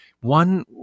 One